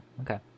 Okay